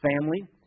Family